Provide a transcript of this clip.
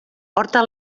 porta